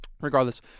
regardless